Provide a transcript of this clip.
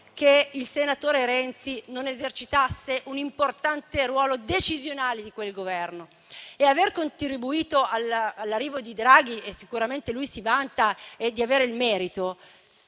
che il senatore Renzi non esercitasse un'importante ruolo decisionale in quel Governo e aver contribuito all'arrivo di Draghi - sicuramente lui si vanta di averne il merito